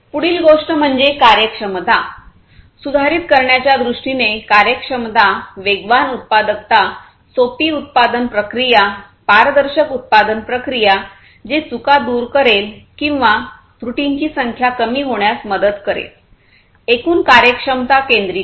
पुढील गोष्ट म्हणजे कार्यक्षमता उत्पादने सुधारित करण्याच्या दृष्टीने कार्यक्षमता वेगवान उत्पादकता सोपी उत्पादन प्रक्रिया पारदर्शक उत्पादन प्रक्रिया जे चुका दूर करेल किंवा त्रुटींची संख्या कमी होण्यास मदत करेल एकूण कार्यक्षमता केंद्रीकरण